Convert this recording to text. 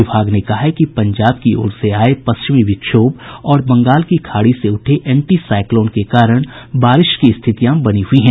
विभाग ने कहा है कि पंजाब की ओर से आये पश्चिमी विक्षोभ और बंगाल की खाड़ी से उठे एंटी साईक्लोन के कारण बारिश की स्थितियां बनी हुयी हैं